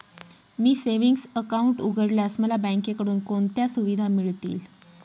मी savings account उघडल्यास मला बँकेकडून कोणत्या सुविधा मिळतील?